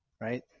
right